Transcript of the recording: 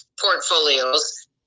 portfolios